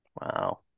Wow